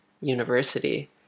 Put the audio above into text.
university